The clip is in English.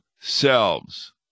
selves